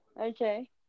Okay